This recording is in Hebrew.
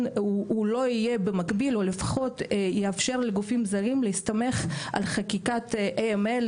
הוא לא יהיה במקביל או לפחות יאפשר לגופים זרים להסתמך על חקיקת AML,